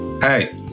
Hey